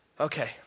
Okay